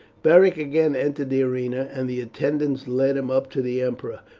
beric again entered the arena, and the attendants led him up to the emperor,